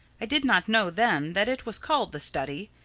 i did not know then that it was called the study.